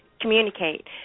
communicate